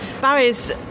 Barry's